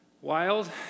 wild